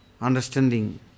understanding